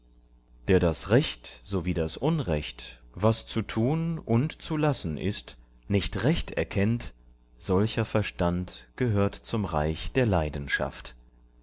der das recht sowie das unrecht was zu tun und zu lassen ist nicht recht erkennt solcher verstand gehört zum reich der leidenschaft